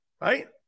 Right